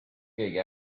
keegi